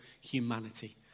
humanity